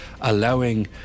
allowing